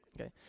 Okay